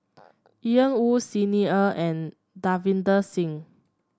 Ian Woo Xi Ni Er and Davinder Singh